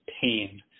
pain